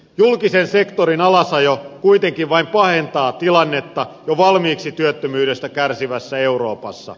julkisen sektorin alasajo kuitenkin vain pahentaa tilannetta jo valmiiksi työttömyydestä kärsivässä euroopassa